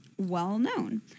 well-known